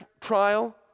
trial